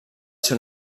ser